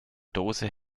dose